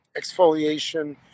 exfoliation